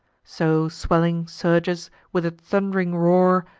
so swelling surges, with a thund'ring roar,